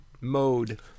mode